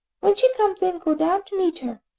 when she comes in, go down to meet her,